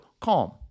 CALM